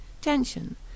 Tension